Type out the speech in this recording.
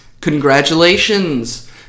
Congratulations